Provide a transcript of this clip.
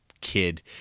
kid